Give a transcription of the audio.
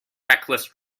reckless